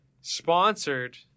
sponsored